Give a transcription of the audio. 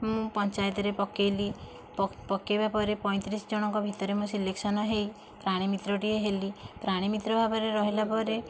ମୁଁ ପଞ୍ଚାୟତରେ ପକାଇଲି ପକାଇବା ପରେ ପଇଁତିରିଶ ଜଣଙ୍କ ଭିତରେ ମୁଁ ସିଲେକସନ ହୋଇ ପ୍ରାଣୀ ମିତ୍ରଟିଏ ହେଲି ପ୍ରାଣୀ ମିତ୍ର ଭାବରେ ରହିଲା ପରେ